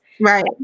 right